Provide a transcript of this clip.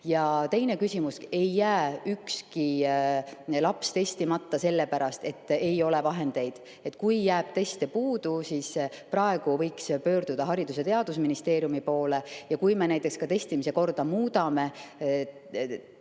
teine küsimus. Ei jää ükski laps testimata sellepärast, et ei ole vahendeid. Kui jääb teste puudu, siis praegu võiks pöörduda Haridus- ja Teadusministeeriumi poole. Ja kui me näiteks testimise korda muudame Terviseameti